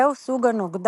זהו סוג הנוגדן